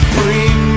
Bring